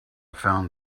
find